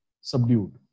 subdued